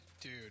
Dude